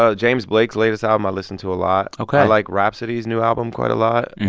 ah james blake's latest album i listen to a lot ok i like rapsody's new album quite a lot. and